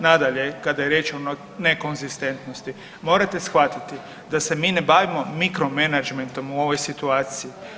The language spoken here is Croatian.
Nada, nadalje kada je riječ o nekonzistentnosti morate shvatiti da se mi ne bavimo mikromenadžmentom u ovoj situaciji.